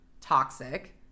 toxic